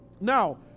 Now